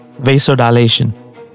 vasodilation